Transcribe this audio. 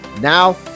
Now